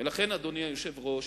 לכן, אדוני היושב-ראש,